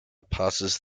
passes